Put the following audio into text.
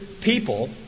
people